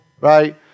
Right